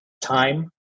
time